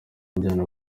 mujyana